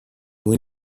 when